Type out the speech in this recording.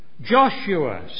Joshua